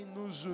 nos